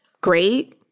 great